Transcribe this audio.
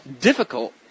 difficult